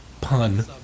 pun